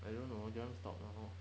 I don't know do you want to stop now